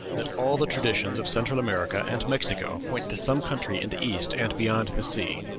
that all the traditions of central america and mexico point to some country in the east, and beyond the sea,